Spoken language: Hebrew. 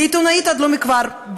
כעיתונאית עד לא מכבר,